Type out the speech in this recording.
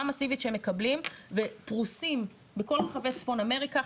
מאסיבית שהם מקבלים ופרוסים בכל רחבי צפון אמריקה,